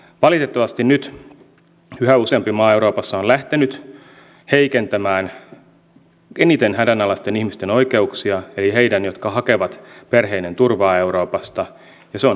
valitettavasti nyt yhä useampi maa euroopassa on lähtenyt heikentämään eniten hädänalaisten ihmisten oikeuksia eli heidän jotka hakevat perheineen turvaa euroopasta ja se on häpeällistä